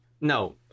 No